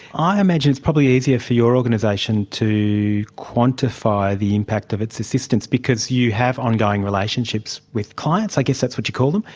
i imagine it's probably easier for your organisation to quantify the impact of its assistance because you have ongoing relationships with clients, i guess that's what you call them.